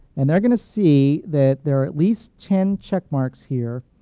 and they're going to see that there are at least ten check-marks here